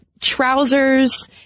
trousers